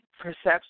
perception